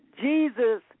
Jesus